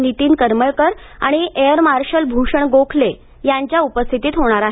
नीतीन करमळकर आणि air marshal Bhushan Gokhale यांच्या उपस्थितीत होणार आहे